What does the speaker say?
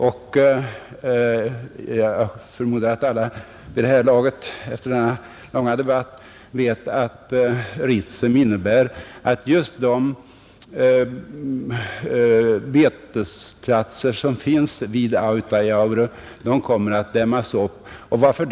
Jag förmodar att alla efter denna långa debatt vet att Ritsem innebär att just de betesplatser som finns vid Autajaure kommer att läggas under vatten.